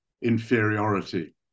inferiority